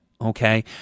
Okay